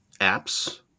apps